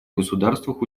государствах